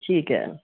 ਠੀਕ ਹੈ